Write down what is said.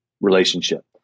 relationship